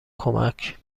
کمک